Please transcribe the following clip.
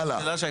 הלאה.